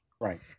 right